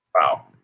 Wow